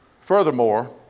Furthermore